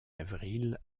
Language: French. avril